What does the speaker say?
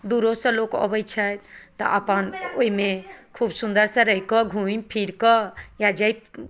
दूरोसँ लोक अबै छथि तऽ अपन तऽ अपन ओइमे खूब सुन्दरसँ रहि कऽ घुमि फिर कऽ या जइ